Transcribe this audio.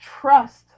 trust